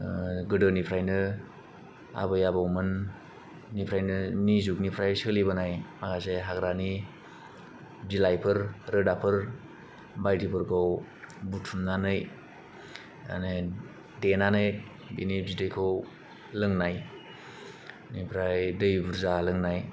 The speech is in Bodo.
गोदोनिफ्रायनो आबै आबौमोन निफ्रायनो नि जुगनिफ्राय सोलिबोनाय माखासे हाग्रानि बिलाइफोर रोदाफोर बायदिफोरखौ बुथुमनानै आने देनानै बिनि बिदैखौ लोंनाय बिनिफ्राय दै बुरजा लोंनाय